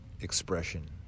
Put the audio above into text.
expression